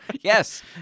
Yes